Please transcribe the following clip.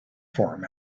form